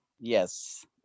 Yes